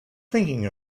thinking